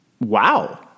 Wow